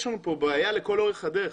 יש לנו פה בעיה לאורך כל הדרך,